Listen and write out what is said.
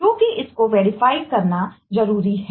क्योंकि इसको वेरीफाई है